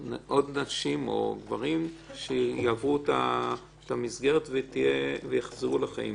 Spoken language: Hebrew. נשים או גברים שיעברו את המסגרת ויחזרו לחיים.